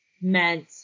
meant